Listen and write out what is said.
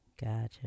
Gotcha